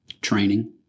Training